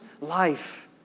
life